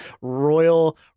Royal